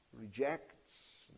rejects